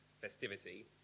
festivity